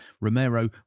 Romero